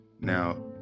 Now